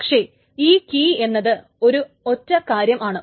പക്ഷേ ഈ കീ എന്നത് ഒരു ഒറ്റ കാര്യം ആണ്